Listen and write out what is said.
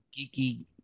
geeky